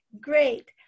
Great